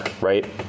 Right